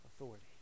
authority